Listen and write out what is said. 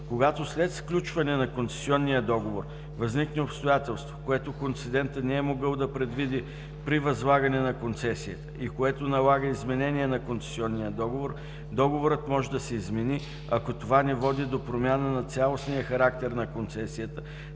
Когато след сключване на концесионния договор възникне обстоятелство, което концедентът не е могъл да предвиди при възлагане на концесията и което налага изменение на концесионния договор, договорът може да се измени, ако това не води до промяна на цялостния характер на концесията,